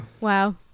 Wow